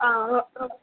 आं